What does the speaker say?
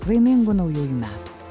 laimingų naujųjų metų